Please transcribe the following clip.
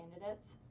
candidates